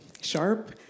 sharp